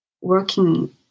working